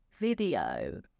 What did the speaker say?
video